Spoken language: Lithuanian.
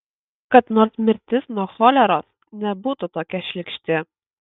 kad nors mirtis nuo choleros nebūtų tokia šlykšti